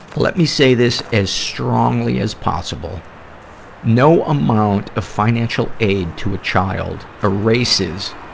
let me say this as strongly as possible no amount of financial aid to a child erases